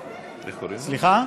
חשבתי, סליחה?